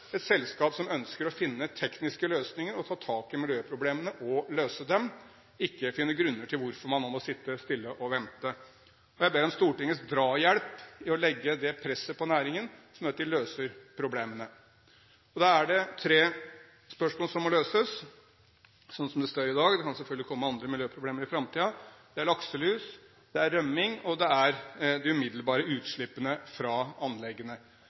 ønsker å finne tekniske løsninger og ta tak i miljøproblemene og løse dem – ikke å finne grunner til hvorfor man nå må sitte stille og vente. Jeg ber om Stortingets drahjelp til å legge det presset på næringen som gjør at de løser problemene. Da er det tre spørsmål som må løses, slik det står i dag – det kan selvfølgelig komme andre miljøproblemer i framtiden: Det er lakselus, rømning og de umiddelbare utslippene fra anleggene.